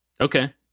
Okay